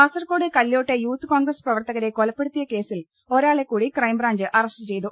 കാസർകോഡ് കല്യോട്ടെ youth congress പ്രവർത്തകരെ കൊലപ്പെടുത്തിയ കേസിൽ ഒരാളെകൂടി ക്രൈംബ്രാഞ്ച് അറസ്റ്റ് ചെയ്തു